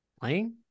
playing